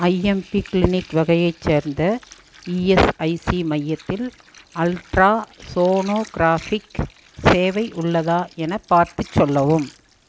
IMP clinic வகையைச் சேர்ந்த ESIC மையத்தில் அல்ட்ராசோனோகிராஃபிக் சேவை உள்ளதா என பார்த்துச் சொல்லவும்